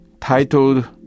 titled